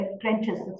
trenches